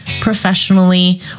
professionally